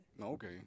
Okay